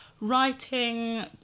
writing